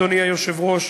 אדוני היושב-ראש,